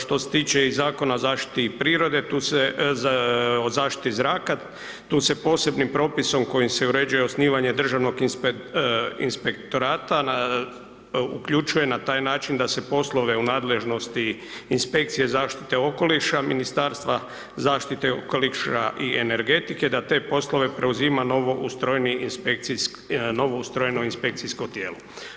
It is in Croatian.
Što se tiče i Zakona o zaštiti prirode, o zaštiti zraka, tu se posebnim propisom kojim se uređuje osnivanje Državnog inspektorata na, uključuje na taj način da se poslove u nadležnosti inspekcije zaštite okoliša Ministarstva zaštite okoliša i energetike, da te poslove preuzima novo ustrojeni inspekcijski, novo ustrojeno inspekcijsko tijelo.